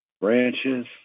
branches